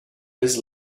his